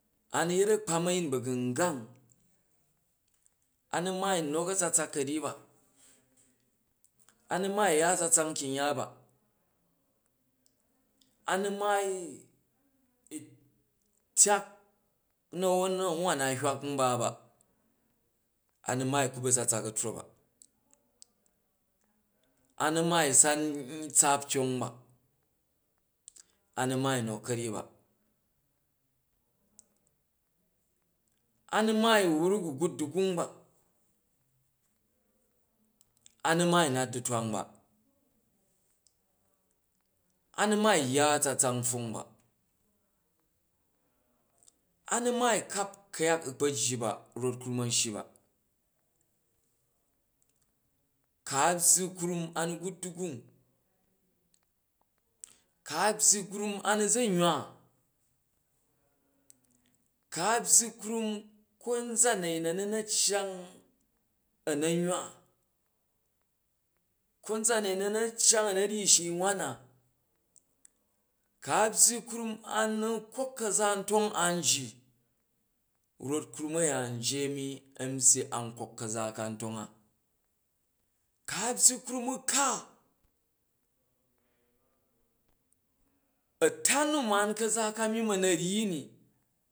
A nu maai u nok a̱tsatsak ka̱ryyi ba, a nu maai u ya a̱tsatsak u kyung ya ba, a nu maai ntyak na̱won wam na frywak nba ba, anu maai u sam tsaap tyong ba, a nu maai u̱ nok ka̱ryyi ba, a nu maai u̱ wruk u̱ gut du̱gung ba, a nu maai u̱ nat du̱twang ba, a nu maai u̱ nat du̱twong ba, a nu maai u̱ yya a̱tsatsak npfwong ba, a nu maai u̱ kap ku̱yak u̱ kpa jyi ba rot krum n shyi ba, ku byyi krum a nu za nywa, ku̱ a byyi krum a nu za nywa, ku̱ a byyi krum konzan a̱yin a̱ nu na ayang a na̱ nywa kanzan a̱yin a̱ nu na cyang a na ryyi shii wan na, ku̱ a byyi krum a nu kok ka̱za ntong an ji rot krum a̱ya yi ami an kok ka̱za ka ntong a, ku a byyi krum u ka atam nu ma ka̱za ka myimm a na ryyi ni.